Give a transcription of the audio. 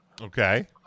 Okay